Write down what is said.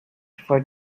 for